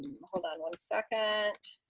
hold on one second.